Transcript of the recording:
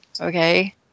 Okay